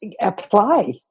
apply